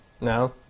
No